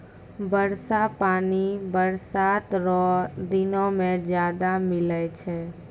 वर्षा पानी बरसात रो दिनो मे ज्यादा मिलै छै